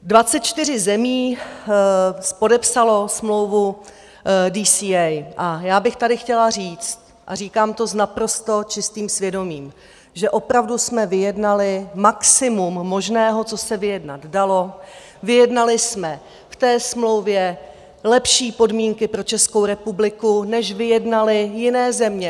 24 zemí podepsalo smlouvu DCA a já bych tady chtěla říct, a říkám to s naprosto čistým svědomím, že opravdu jsme vyjednali maximum možného, co se vyjednat dalo, vyjednali jsme v té smlouvě lepší podmínky pro Českou republiku, než vyjednaly jiné země.